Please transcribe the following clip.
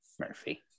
Murphy